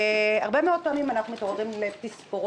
הרבה מאוד פעמים אנחנו מתעוררים לתספורות